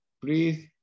breathe